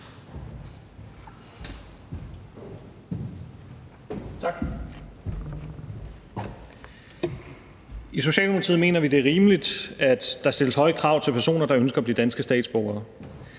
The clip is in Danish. I Socialdemokratiet mener vi, det er rimeligt, at der stilles høje krav til personer, der ønsker at blive danske statsborgere.